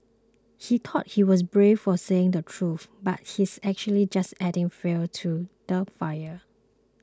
he thought he was brave for saying the truth but he's actually just adding fuel to the fire